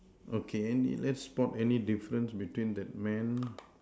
okay let's spot any difference between that man